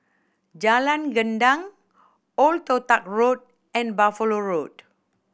Jalan Gendang Old Toh Tuck Road and Buffalo Road